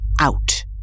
out